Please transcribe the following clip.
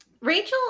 Rachel